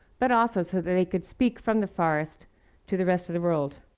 but also so that he could speak from the forest to the rest of the world.